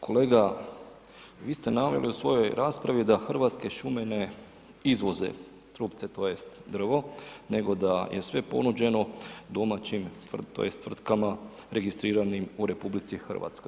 Kolega, vi ste naveli u svojoj raspravi da Hrvatske šume ne izvoze trupce tj. drvo nego da je sve ponuđeno domaćim tj. tvrtkama registriranim u RH.